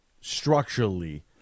structurally